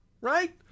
Right